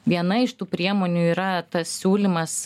viena iš tų priemonių yra tas siūlymas